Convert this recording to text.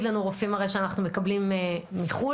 לנו הרי רופאים שאנחנו מקבלים מחו".